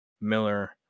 Miller